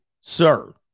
sir